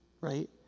Right